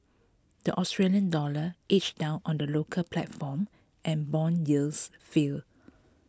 the Australian dollar edged down on the local platform and bond yields fell